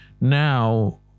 now